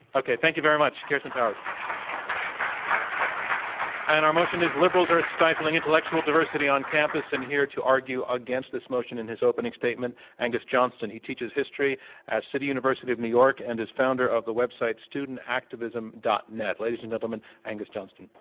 okay, thank you very much, k irsten powers. um and our motion is, liberals are stifling intellectual diversity on campus. and here to argue against this motion in his opening statement, angus johnston. he teaches history at city university of new york and is founder of the website, studentactivisim. net. ladies and gentlemen, angus johnston.